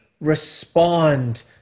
respond